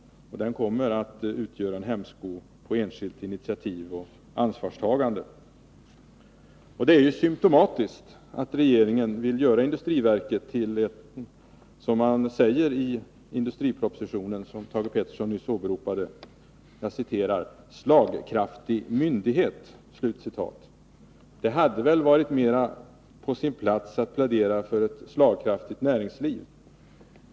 Den kommer att utgöra en hämsko på enskilt initiativ och ansvarstagande. Det är symptomatiskt att regeringen vill göra industriverket till en, som man säger i den industriproposition som Thage Peterson nyss åberopade, ”slagkraftig myndighet”. Det hade väl varit mera på sin plats att plädera för ett slagkraftigt näringsliv.